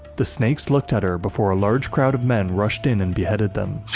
the snakes looked at her before a large crowd of men rushed in and beheaded them.